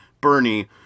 Bernie